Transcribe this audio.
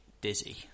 Dizzy